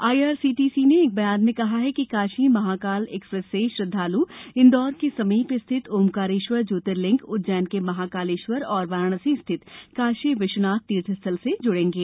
IRCTC ने एक बयान में कहा है कि काशी महाकाल एक्सप्रेस से श्रद्वालु इंदौर के समीप स्थित ओंकारेश्वर ज्योतिर्लिंग उज्जैन के महाकालेश्वर और वाराणसी स्थित काशी विश्वनाथ तीर्थस्थल से जुड़ेंगे